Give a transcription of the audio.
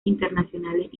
internacionales